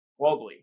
globally